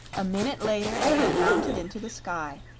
a minute later it had mounted into the sky,